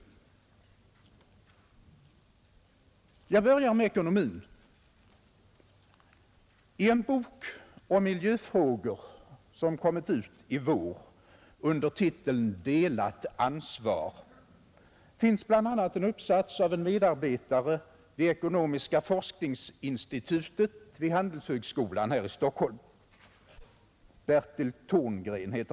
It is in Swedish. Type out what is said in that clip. Jag börjar med ekonomin, I en bok om miljöfrågor som kommit ut i vår under titeln Delat ansvar finns bl.a. en uppsats av en medarbetare vid Ekonomiska forskningsinstitutet vid handelshögskolan här i Stockholm, Bertil Thorngren.